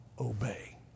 obey